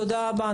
תודה רבה.